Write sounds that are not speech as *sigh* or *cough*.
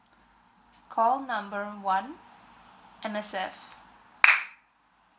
call number one M_S_F *noise*